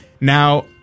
now